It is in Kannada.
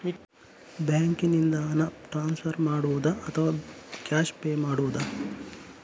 ಬ್ಯಾಂಕಿನಿಂದ ಹಣ ಟ್ರಾನ್ಸ್ಫರ್ ಮಾಡುವುದ ಅಥವಾ ಕ್ಯಾಶ್ ಪೇ ಮಾಡುವುದು?